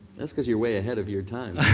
that's cause you're way ahead of your time.